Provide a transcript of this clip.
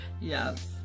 yes